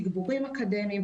תגבורים אקדמיים,